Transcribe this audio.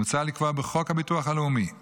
מוצע לקבוע בחוק הביטוח הלאומי ,